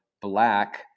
black